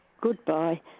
goodbye